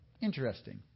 Interesting